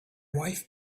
wife